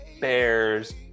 bears